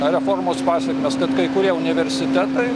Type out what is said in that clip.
reformos pasekmės kad kai kurie universitetai